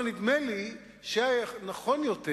אבל נדמה לי שהיה נכון יותר,